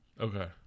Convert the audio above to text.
Okay